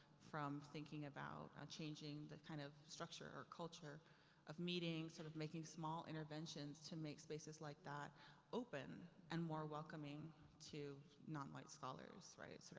from thinking about a changing, the kind of structure or culture of meeting, sort of making small interventions to make spaces like that open and more welcoming to non-white scholars, right. so,